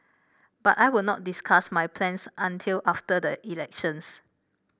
but I will not discuss my plans until after the elections